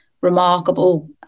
remarkable